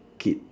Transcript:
kid